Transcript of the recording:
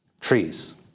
trees